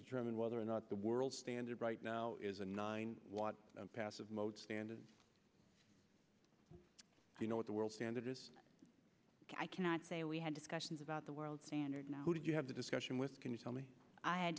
determine whether or not the world standard right now is a nine watt passive mode standard you know what the world standard is i cannot say we had discussions about the world standard now did you have a discussion with can you tell me i had